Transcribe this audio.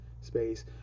space